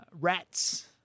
rats